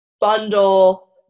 bundle